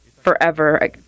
forever